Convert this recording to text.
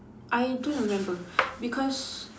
I don't remember because